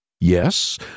Yes